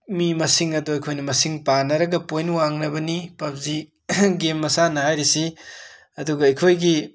ꯃꯤ ꯃꯁꯤꯡ ꯑꯗꯨ ꯑꯩꯈꯣꯏꯅ ꯃꯁꯤꯡ ꯄꯥꯟꯅꯔꯒ ꯄꯣꯏꯟꯠ ꯋꯥꯡꯅꯕꯅꯤ ꯄꯞꯖꯤ ꯒꯦꯝ ꯃꯁꯥꯟꯅ ꯍꯥꯏꯔꯤꯁꯤ ꯑꯗꯨꯒ ꯑꯩꯈꯣꯏꯒꯤ